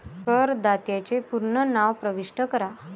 करदात्याचे पूर्ण नाव प्रविष्ट करा